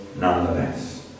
nonetheless